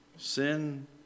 Sin